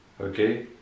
okay